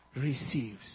Receives